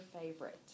favorite